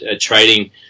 trading